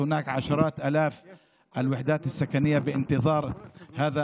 בשל קידום נושא התכנון והבנייה ואישור מהיר יותר של תוכניות מתאר.